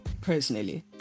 personally